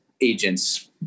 agents